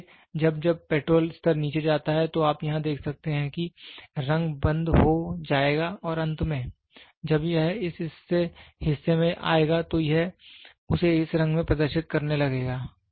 इसलिए जब जब पेट्रोल स्तर नीचे जाता है तो आप यहां देख सकते हैं कि रंग बंद हो जाएगा और अंत में जब यह इस हिस्से में आएगा तो यह उसे इस रंग में प्रदर्शित करने लगेगा